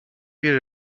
you